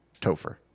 Topher